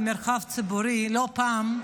במרחב הציבורי לא פעם,